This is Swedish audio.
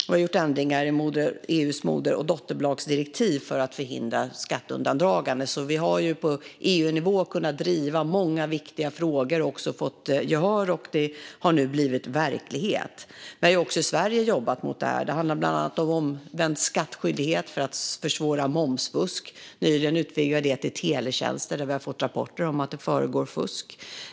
Vi har gjort ändringar i EU:s moder och dotterbolagsdirektiv för att förhindra skatteundandragande. Vi har alltså på EU-nivå kunnat driva många viktiga frågor och även fått gehör, och det har nu blivit verklighet. Även i Sverige har vi jobbat mot detta. Det handlar bland annat om omvänd skattskyldighet för att försvåra momsfusk; nyligen utvidgade vi det till teletjänster, där vi har fått rapporter om att det förekommer fusk.